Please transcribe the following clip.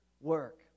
work